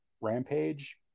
rampage